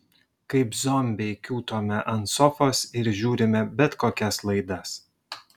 kaip zombiai kiūtome ant sofos ir žiūrime bet kokias laidas